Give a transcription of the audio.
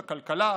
הכלכלה,